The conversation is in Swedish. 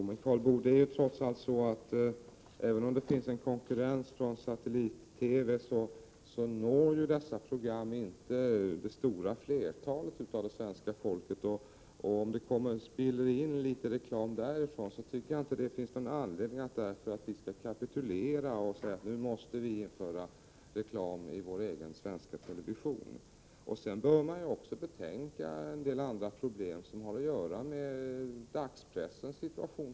Herr talman! Men, Karl Boo, även om det finns en konkurrens från satellit-TV, når dessa program inte det stora flertalet svenskar. Om det ”spills in” litet reklam från satellit-TV tycker jag inte att det ger oss någon anledning att kapitulera och säga att vi nu måste införa reklam i vår egen svenska television. Vi bör också betänka en del andra problem som har att göra med exempelvis dagspressens situation.